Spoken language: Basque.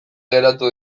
geratu